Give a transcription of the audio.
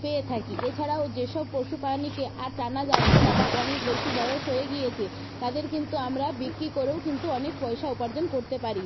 পেয়ে থাকি এছাড়াও যেসব পশু প্রাণীকে আর টানা যাচ্ছে না বা অনেক বেশি বয়স হয়ে গিয়েছে তাদের কিন্তু আমরা বিক্রি করেও কিন্তু অনেক পয়সা উপার্জন করতে পারি